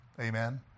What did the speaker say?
amen